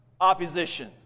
opposition